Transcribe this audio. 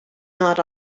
not